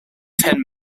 ten